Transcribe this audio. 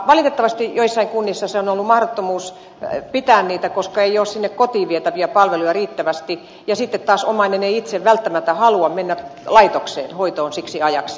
valitettavasti joissain kunnissa on ollut mahdottomuus pitää niitä koska ei ole sinne kotiin vietäviä palveluja riittävästi ja sitten taas omainen ei itse välttämättä halua mennä laitokseen hoitoon siksi ajaksi